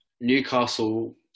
Newcastle